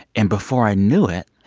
and before i knew it,